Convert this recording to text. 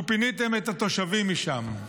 ופיניתם את התושבים משם.